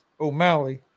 O'Malley